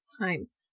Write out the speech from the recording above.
times